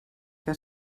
que